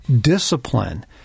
discipline